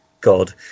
God